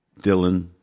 Dylan